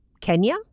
Kenya